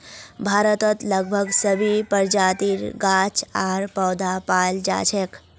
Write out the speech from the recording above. भारतत लगभग सभी प्रजातिर गाछ आर पौधा पाल जा छेक